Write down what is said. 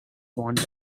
want